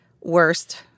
worst